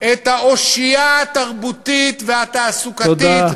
את האושיה התרבותית והתעסוקתית, תודה.